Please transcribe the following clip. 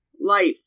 life